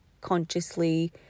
consciously